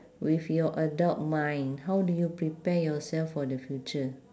with your adult mind how do you prepare yourself for the future